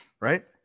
Right